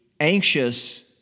anxious